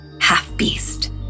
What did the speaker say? half-beast